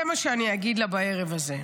זה מה שאני אגיד לה בערב הזה.